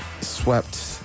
swept